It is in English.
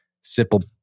Simple